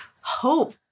hope